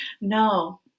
no